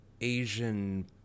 Asian